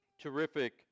terrific